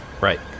Right